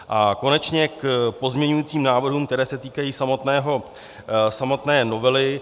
A konečně k pozměňujícím návrhům, které se týkají samotné novely.